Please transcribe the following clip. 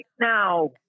now